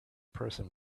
person